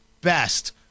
best